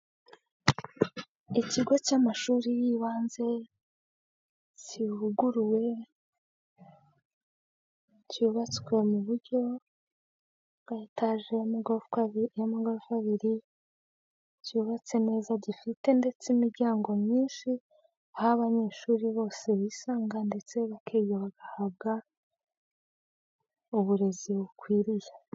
Ikigo cy'amashuri y'ibanze kivuguruwe cyubatswe mu buryo bwa etaje y'amagorofa abiri cyubatse neza gifite ndetse imiryango myinshi aho abanyeshuri bose bisanga ndetse bakiga bagahabwa uburezi bukwiriye.